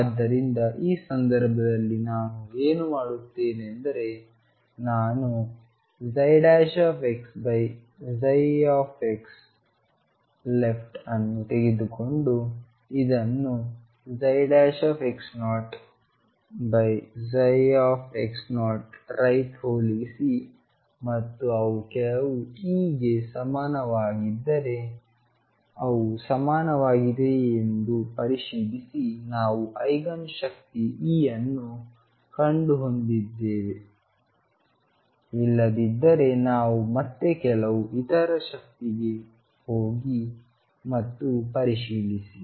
ಆದ್ದರಿಂದ ಈ ಸಂದರ್ಭದಲ್ಲಿ ನಾನು ಏನು ಮಾಡುತ್ತೇನೆಂದರೆ ನಾನು x0x0|left ಅನ್ನು ತೆಗೆದುಕೊಂಡು ಇದನ್ನು x0x0|right ಹೋಲಿಸಿ ಮತ್ತು ಅವು ಕೆಲವು E ಗೆ ಸಮಾನವಾಗಿದ್ದರೆ ಅವು ಸಮಾನವಾಗಿದೆಯೇ ಎಂದು ಪರಿಶೀಲಿಸಿ ನಾವು ಐಗನ್ ಶಕ್ತಿ E ಅನ್ನು ಕಂಡುಕೊಂಡಿದ್ದೇವೆ ಇಲ್ಲದಿದ್ದರೆ ನಾವು ಮತ್ತೆ ಕೆಲವು ಇತರ ಶಕ್ತಿಗೆ ಹೋಗಿ ಮತ್ತು ಪರಿಶೀಲಿಸಿ